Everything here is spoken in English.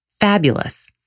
fabulous